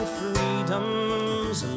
freedom's